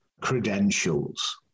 credentials